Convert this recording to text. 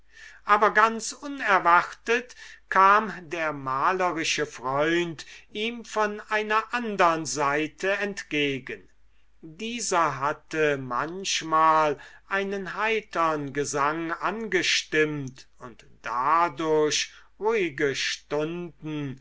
aber ganz unerwartet kam der malerische freund ihm von einer andern seite entgegen dieser hatte manchmal einen heitern gesang angestimmt und dadurch ruhige stunden